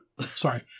Sorry